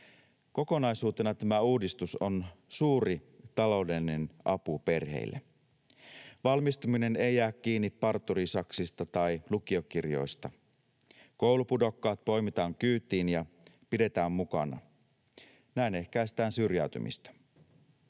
Kokonaisuutena tämä uudistus on suuri taloudellinen apu perheille. Valmistuminen ei jää kiinni parturin saksista tai lukiokirjoista. Koulupudokkaat poimitaan kyytiin ja pidetään mukana. Näin ehkäistään syrjäytymistä.